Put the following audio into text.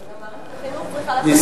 אבל גם מערכת החינוך צריכה,